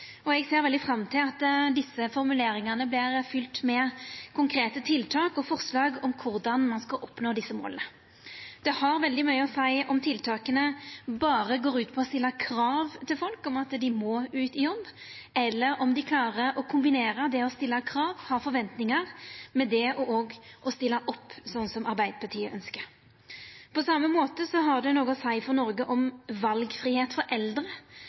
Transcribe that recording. og eg ser fram til at desse formuleringane vert fylte med konkrete tiltak og forslag om korleis ein skal oppnå desse måla. Det har veldig mykje å seia om tiltaka berre går ut på å stilla krav til folk om at dei må ut i jobb, eller om dei klarer å kombinera det å stilla krav, ha forventningar, med det å stilla opp, slik som Arbeidarpartiet ønskjer. På same måten har det noko å seia for Noreg om valfridom for eldre